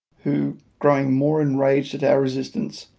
who, growing more enraged at our resistance,